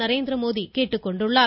நரேந்திரமோடி கேட்டுக்கொண்டுள்ளார்